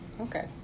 Okay